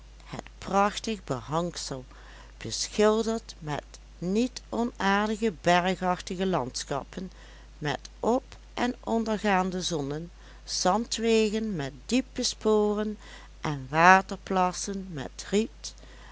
het prachtig behangsel beschilderd met niet onaardige bergachtige landschappen met op en ondergaande zonnen zandwegen met diepe sporen en waterplassen met riet